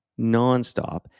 nonstop